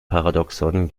paradoxon